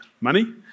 money